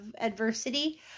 adversity